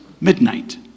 midnight